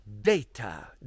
data